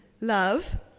Love